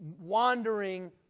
wandering